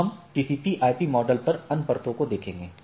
अब हम TCP IP model पर अन्य परतों को देखेंगे